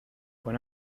con